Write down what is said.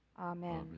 Amen